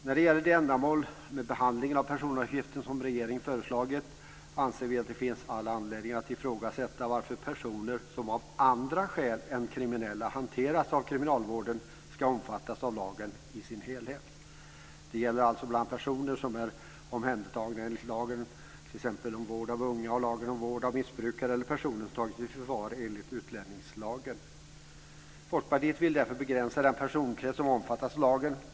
När det gäller de ändamål med behandlingen av personuppgifter som regeringen föreslagit anser vi att det finns all anledning att ifrågasätta varför personer som av andra skäl än kriminella hanteras av kriminalvården ska omfattas av lagen i dess helhet. Det gäller alltså bl.a. personer som är omhändertagna enligt lagen om vård av unga och lagen om vård av missbrukare eller personer som tagits i förvar enligt utlänningslagen. Folkpartiet vill därför begränsa den personkrets som omfattas av lagen.